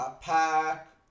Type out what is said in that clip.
Pack